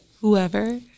whoever